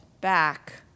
back